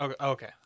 Okay